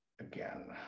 again